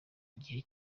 gihe